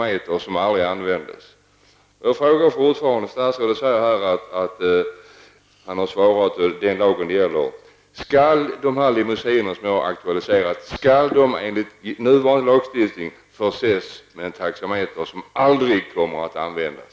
Statsrådet säger att han har svarat och att det är lagen som gäller. Jag frågar då igen: Skall de limousiner som jag har aktualiserat, enligt nuvarande lagstiftning förses med en taxameter som aldrig kommer att användas?